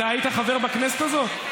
אתה היית חבר בכנסת הזאת?